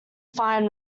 fine